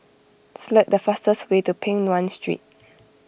select the fastest way to Peng Nguan Street